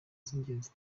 z’ingenzi